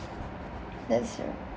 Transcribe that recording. that's true